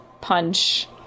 punch